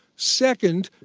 second,